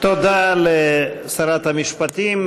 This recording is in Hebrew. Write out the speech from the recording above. תודה לשרת המשפטים.